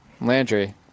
Landry